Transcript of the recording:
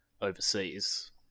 overseas